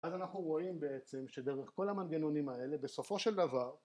‫אז אנחנו רואים בעצם שדרך כל ‫המנגנונים האלה, בסופו של דבר...